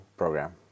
program